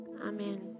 Amen